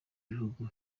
gihugu